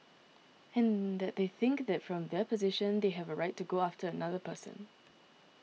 and that they think that from their position they have a right to go after another person